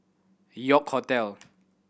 York Hotel